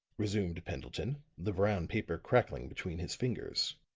resumed pendleton, the brown paper crackling between his fingers,